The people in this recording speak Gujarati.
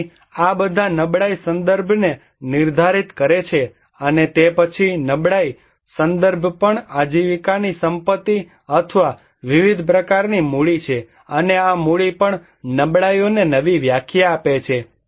તેથી આ બધા નબળાઈ સંદર્ભને નિર્ધારિત કરે છે અને તે પછી નબળાઈ સંદર્ભ પણ આજીવિકાની સંપત્તિ અથવા વિવિધ પ્રકારની મૂડી છે અને આ મૂડી પણ નબળાઈઓને નવી વ્યાખ્યા આપે છે